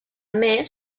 més